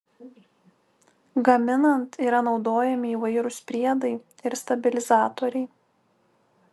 gaminant yra naudojami įvairūs priedai ir stabilizatoriai